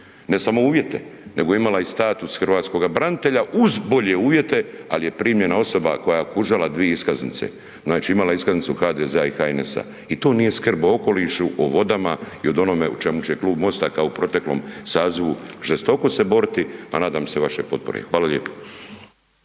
ne samo uvjete nego je imala i status i hrvatskoga branitelja uz bolje uvjete, ali je primljena osoba koja je kužala 2 iskaznice. Znači, imala je iskaznicu HDZ-a i HNS-a i to nije skrb o okolišu, o vodama i od onome o čemu će Klub MOST-a kao u proteklom sazivu žestoko se boriti, a nadam se vašoj potpori. Hvala lijepo.